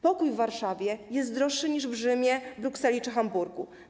Pokój w Warszawie jest droższy niż w Rzymie, Brukseli czy Hamburgu.